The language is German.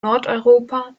nordeuropa